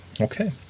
Okay